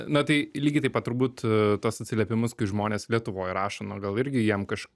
na tai lygiai taip pat turbūt tuos atsiliepimus kai žmonės lietuvoj rašo nu gal irgi jiem kaž